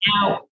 now